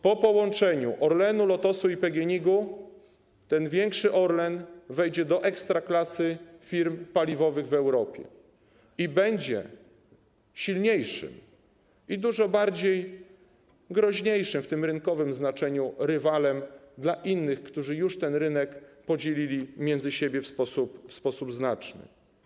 Po połączeniu Orlenu, Lotosu i PGNiG-u większy Orlen wejdzie do ekstraklasy firm paliwowych w Europie i będzie silniejszym i dużo bardziej groźniejszym, w tym rynkowym znaczeniu, rywalem dla innych, którzy już ten rynek podzielili między siebie w sposób znaczny.